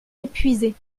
épuisés